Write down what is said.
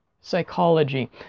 psychology